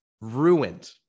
Ruined